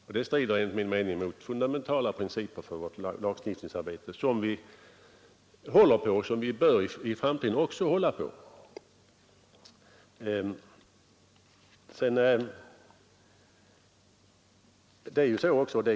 Och det strider enligt min mening mot fundamentala principer för vårt lagstiftningsarbete, principer som vi ju håller på och skall hålla på också i framtiden.